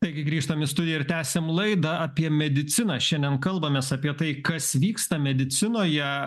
taigi grįžtam į studiją tęsiam laidą apie mediciną šiandien kalbamės apie tai kas vyksta medicinoje